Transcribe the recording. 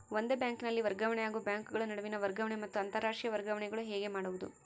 ಒಂದೇ ಬ್ಯಾಂಕಿನಲ್ಲಿ ವರ್ಗಾವಣೆ ಹಾಗೂ ಬ್ಯಾಂಕುಗಳ ನಡುವಿನ ವರ್ಗಾವಣೆ ಮತ್ತು ಅಂತರಾಷ್ಟೇಯ ವರ್ಗಾವಣೆಗಳು ಹೇಗೆ ಮಾಡುವುದು?